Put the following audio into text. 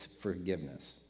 forgiveness